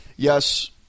Yes